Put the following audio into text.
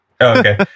Okay